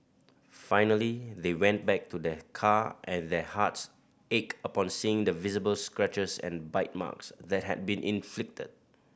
finally they went back to their car and their hearts ached upon seeing the visible scratches and bite marks that had been inflicted